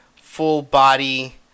full-body